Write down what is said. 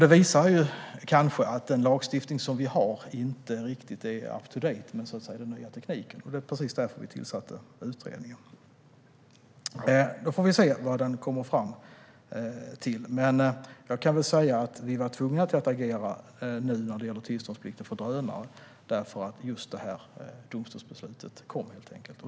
Det visar kanske att den lagstiftning vi har inte riktigt är up to date med den nya tekniken. Det var precis därför vi tillsatte utredningen. Vi får se vad den kommer fram till, men vi var tvungna att agera nu när det gäller tillståndsplikten för drönare just för att detta domstolsbeslut kom.